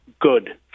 good